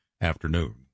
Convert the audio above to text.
afternoon